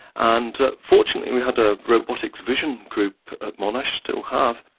and fortunately we had a robotics vision group at monash still have.